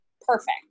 perfect